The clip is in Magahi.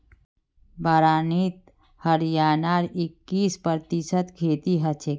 बारानीत हरियाणार इक्कीस प्रतिशत खेती हछेक